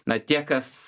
na tie kas